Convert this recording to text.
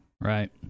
right